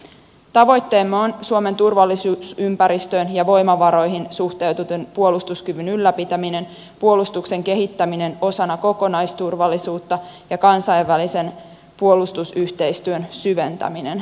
tavoitteemme on suomen turvallisuusympäristöön ja voimavaroihin suhteutetun puolustuskyvyn ylläpitäminen puolustuksen kehittäminen osana kokonaisturvallisuutta ja kansainvälisen puolustusyhteistyön syventäminen